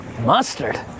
mustard